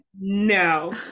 No